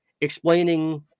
explaining